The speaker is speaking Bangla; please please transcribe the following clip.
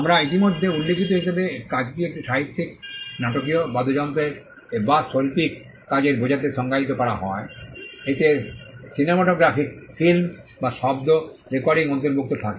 আমরা ইতিমধ্যে উল্লিখিত হিসাবে কাজটি একটি সাহিত্যিক নাটকীয় বাদ্যযন্ত্র বা শৈল্পিক কাজের বোঝাতে সংজ্ঞায়িত করা হয় এতে সিনেমাটোগ্রাফিক ফিল্ম বা শব্দ রেকর্ডিং অন্তর্ভুক্ত থাকে